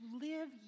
live